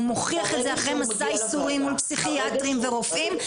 הוא מוכיח את זה אחרי מסע ייסורים מול פסיכיאטרים ורופאים,